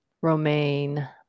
romaine